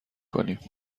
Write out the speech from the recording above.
کنیم